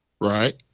Right